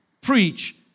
preach